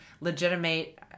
legitimate